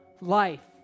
life